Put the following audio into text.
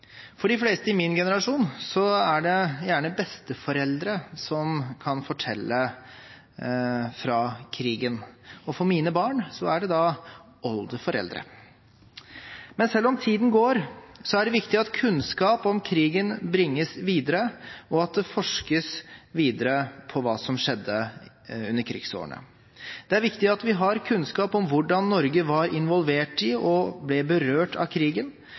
For de fleste i min generasjon er det gjerne besteforeldre som kan fortelle fra krigen, og for mine barn er det oldeforeldre. Men selv om tiden går, er det viktig at kunnskap om krigen bringes videre, og at det forskes videre på hva som skjedde i krigsårene. Det er viktig at vi har kunnskap om hvordan Norge var involvert i og ble berørt av krigen,